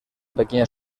pequeña